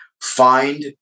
find